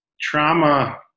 trauma